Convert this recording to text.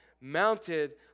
mounted